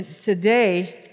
today